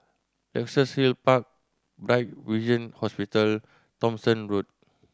Luxus Hill Park Bright Vision Hospital Thomson Road